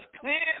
clean